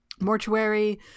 Mortuary